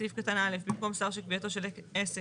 בסעיף קטן א', במקום השר שקביעתו של עסק